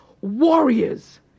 warriors